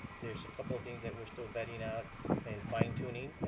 there's a couple of things that we're still vetting out and fine tuning.